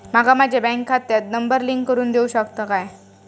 माका माझ्या बँक खात्याक नंबर लिंक करून देऊ शकता काय?